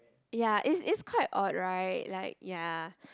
ya it's it's quite odd right like ya